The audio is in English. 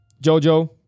Jojo